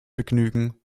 begnügen